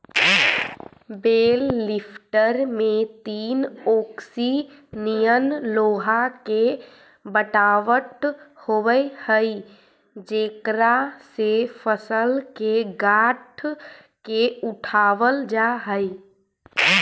बेल lifter में तीन ओंकसी निअन लोहा के बनावट होवऽ हई जेकरा से फसल के गाँठ के उठावल जा हई